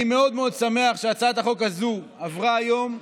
אני מאוד מאוד שמח שהצעת החוק הזו עברה היום,